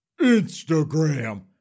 Instagram